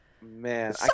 Man